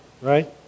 right